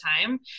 time